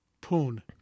Poon